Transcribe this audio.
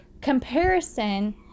comparison